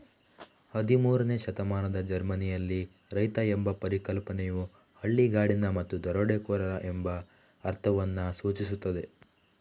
ಹದಿಮೂರನೇ ಶತಮಾನದ ಜರ್ಮನಿಯಲ್ಲಿ, ರೈತ ಎಂಬ ಪರಿಕಲ್ಪನೆಯು ಹಳ್ಳಿಗಾಡಿನ ಮತ್ತು ದರೋಡೆಕೋರ ಎಂಬ ಅರ್ಥವನ್ನು ಸೂಚಿಸುತ್ತದೆ